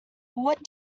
what